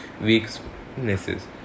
weaknesses